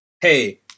hey